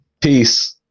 Peace